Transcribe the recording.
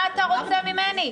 אז מה אתם רוצים ממני?